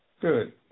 Good